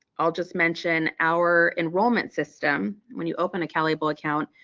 i'll just mention our enrollment system, when you open a calable account,